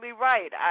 right